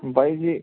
ਬਾਈ ਜੀ